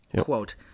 Quote